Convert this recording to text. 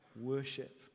worship